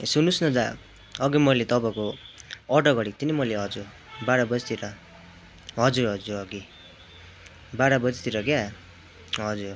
सुन्नुहोस् न दादा अघि मैले तपाईँको अर्डर गरेको थिएँ नि मैले हजुर बाह्र बजीतिर हजुर हजुर अघि बाह्र बजीतिर क्या हजुर